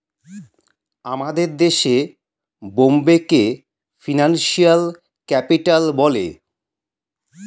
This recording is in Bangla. আমাদের দেশে বোম্বেকে ফিনান্সিয়াল ক্যাপিটাল বলে